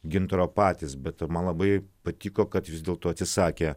gintaro patys bet man labai patiko kad vis dėlto atsisakė